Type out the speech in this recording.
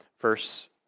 verse